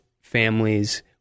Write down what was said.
families